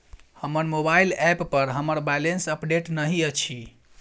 हमर mobile app पर हमर बैलेंस अपडेट नहि अछि